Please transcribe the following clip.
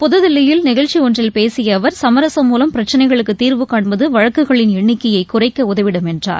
புத்தில்லியில் நிகழ்ச்சி ஒன்றில் பேசிய அவர் சுமரசம் மூலம் பிரச்சினைகளுக்கு தீர்வு காண்பது வழக்குகளின் எண்ணிக்கையை குறைக்க உதவிடும் என்றார்